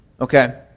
Okay